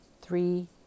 three